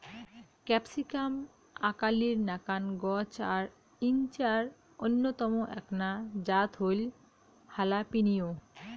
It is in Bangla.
ক্যাপসিকাম আকালির নাকান গছ আর ইঞার অইন্যতম এ্যাকনা জাত হইল হালাপিনিও